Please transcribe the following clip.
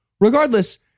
Regardless